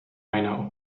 einer